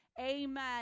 Amen